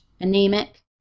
anemic